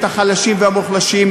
את החלשים והמוחלשים,